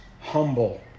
humble